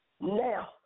now